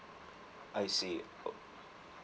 I see